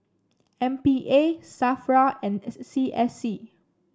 M P A Safra and C S C